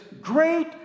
great